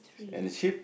and the sheep